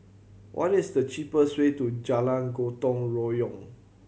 what is the cheapest way to Jalan Gotong Royong